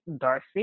Darcy